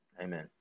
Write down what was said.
Amen